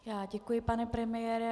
Já děkuji, pane premiére.